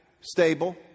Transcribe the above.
stable